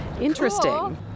Interesting